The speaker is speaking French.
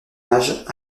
âge